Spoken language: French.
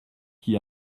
qui